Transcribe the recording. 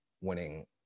winning